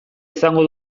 izango